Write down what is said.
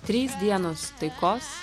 trys dienos taikos